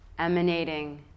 emanating